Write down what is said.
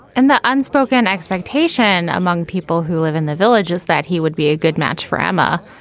and the unspoken expectation among people who live in the villages that he would be a good match for emma,